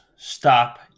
Stop